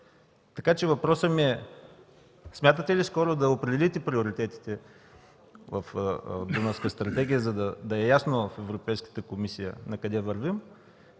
казахте. Въпросът ми е: смятате ли скоро да определите приоритетите в Дунавската стратегия, за да е ясно на Европейската комисия накъде вървим?